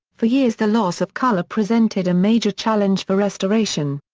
for years the loss of colour presented a major challenge for restoration.